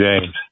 James